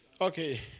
Okay